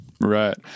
Right